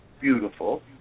beautiful